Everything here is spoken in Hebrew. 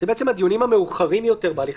זה בעצם הדיונים המאוחרים יותר בהליך.